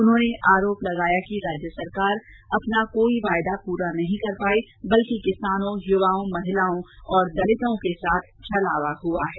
उन्होने ने आरोप लगाया कि राज्य सरकार अपना कोई वायदा पूरा नही किया बल्कि किसानों युवाओं महिलाओं और दलितों के साथ छलावा हुआ है